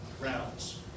rounds